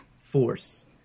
force